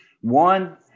One